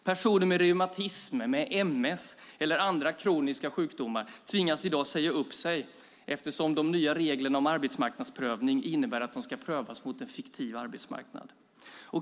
Personer med reumatism, ms eller andra kroniska sjukdomar tvingas i dag säga upp sig eftersom de nya reglerna om arbetsmarknadsprövning innebär att de ska prövas mot en fiktiv arbetsmarknad.